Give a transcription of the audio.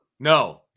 No